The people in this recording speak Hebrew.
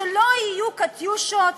שלא יהיו "קטיושות",